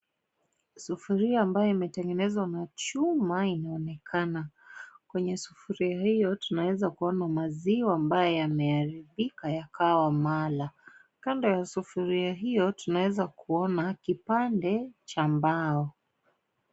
Sufuria ambayo imetengenezwa na chuma inaonekana, kwenye sufuria hiyo tunaweza kuona maziwa ambayo yameharibika yakawa mala kando ya sufuria hiyo tunaweza kuona kipande cha mbao.